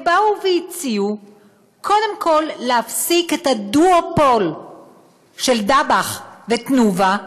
הם באו והציעו קודם כול להפסיק את הדואופול של "דבאח" ו"תנובה",